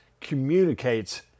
communicates